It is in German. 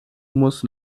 muss